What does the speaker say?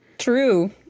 true